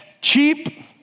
cheap